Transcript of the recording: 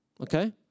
Okay